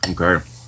Okay